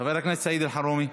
חבר הכנסת סעיד אלחרומי.